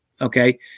okay